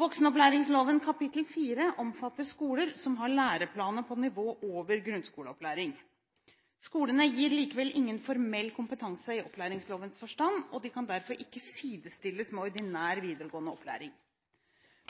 Voksenopplæringsloven kapittel 4 omfatter skoler som har læreplaner på nivået over grunnskoleopplæring. Skolene gir likevel ingen formell kompetanse i opplæringslovens forstand, og de kan derfor ikke sidestilles med ordinær videregående opplæring.